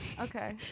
Okay